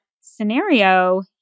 scenario